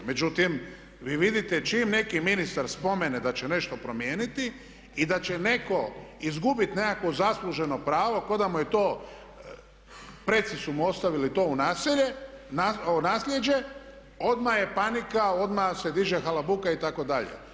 Međutim, vi vidite čim neki ministar spomene da će nešto promijeniti i da će netko izgubiti nekakvo zasluženo pravo kao da mu je to, preci su mu ostavili to u nasljeđe odmah je panika, odmah se diže halabuka itd.